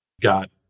got